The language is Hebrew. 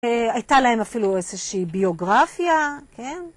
הייתה להם אפילו איזושהי ביוגרפיה, כן?